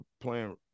playing